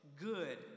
good